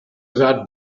about